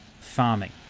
farming